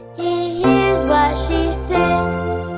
he hears what she sings